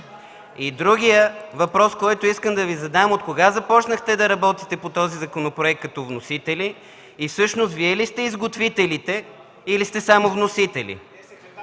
Другият въпрос, който искам да Ви задам: от кога започнахте да работите по този законопроект като вносители и всъщност Вие ли сте изготвителите, или сте само вносители?